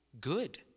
good